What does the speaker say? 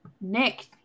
Nick